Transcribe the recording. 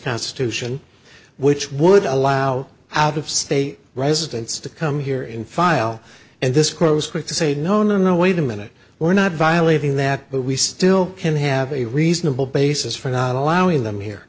constitution which would allow out of state residents to come here in file and this grows quick to say no no no wait a minute we're not violating that but we still can have a reasonable basis for not allowing them here